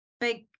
big